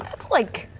it's like.